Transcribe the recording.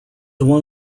one